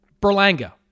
Berlanga